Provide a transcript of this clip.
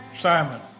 simon